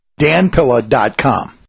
danpilla.com